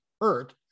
hurt